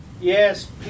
Yes